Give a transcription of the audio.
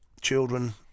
children